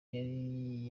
yari